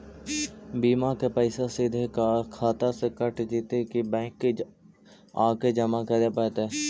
बिमा के पैसा सिधे खाता से कट जितै कि बैंक आके जमा करे पड़तै?